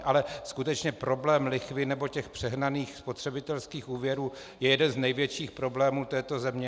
Ale skutečně problém lichvy nebo přehnaných spotřebitelských úvěrů je jeden z největších problémů této země.